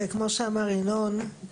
וכמו שאמר ינון,